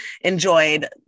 enjoyed